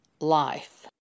life